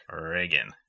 Reagan